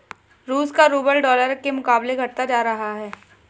रूस का rouble dollar के मुकाबले घटता जा रहा है